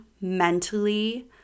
mentally